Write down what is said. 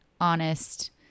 honest